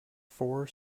four